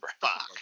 Fuck